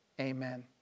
amen